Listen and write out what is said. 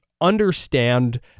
understand